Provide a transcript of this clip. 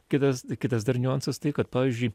kitas kitas dar niuansas tai kad pavyzdžiui